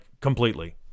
completely